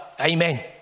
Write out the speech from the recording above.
Amen